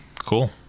cool